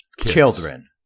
children